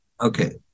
okay